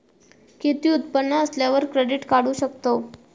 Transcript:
किती उत्पन्न असल्यावर क्रेडीट काढू शकतव?